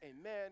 Amen